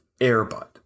Airbud